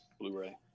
blu-ray